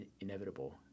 inevitable